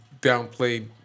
Downplayed